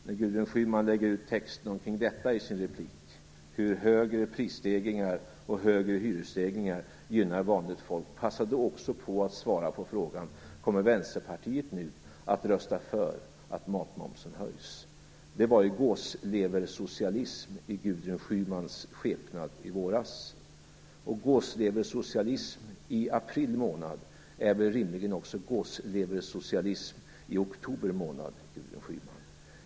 När Gudrun Schyman i sin replik lägger ut texten omkring detta och om hur högre prisstegringar och högre hyresstegringar gynnar vanligt folk, passa då på att svara på frågan: Kommer Vänsterpartiet nu att rösta för att matmomsen höjs? Det var ju gåsleversocialism i Gudrun Schymans skepnad i våras. Gåsleversocialism i april månad är väl rimligen gåsleversocialism också i oktober månad, Gudrun Schyman?